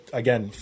again